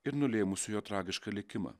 ir nulėmusiu jo tragišką likimą